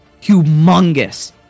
humongous